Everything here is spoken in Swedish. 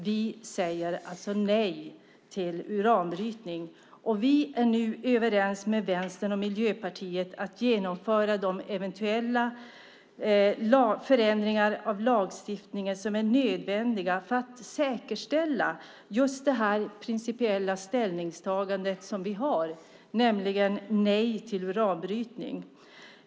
Vi säger nej till uranbrytning. Vi är också överens med Vänstern och Miljöpartiet om att genomföra de eventuella förändringar i lagstiftningen som är nödvändiga för att säkerställa detta principiella ställningstagande, alltså ett nej till uranbrytning.